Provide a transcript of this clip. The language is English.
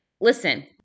Listen